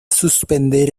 suspender